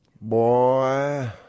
boy